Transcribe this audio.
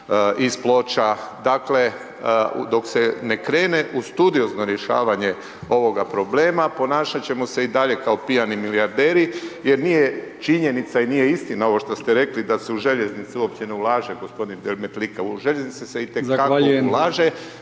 iz Ploča, dakle, dok se ne krene u studiozno rješavanje ovoga problema, ponašat ćemo se i dalje kao pijani milijarderi jer nije činjenica i nije istina ovo što ste rekli da se u željeznice uopće ne ulaže, g. Demetlika, u željeznice se .../Upadica: